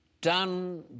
done